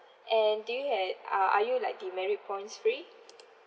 and do you ha~ uh are you like demerit points free